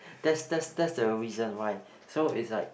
that's that's that's the reason why so it's like